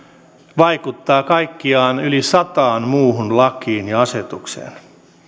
vaikuttaa kaikkiaan yli sataan muuhun lakiin ja asetukseen